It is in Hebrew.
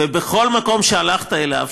ובכל מקום שהלכת אליו,